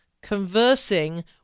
conversing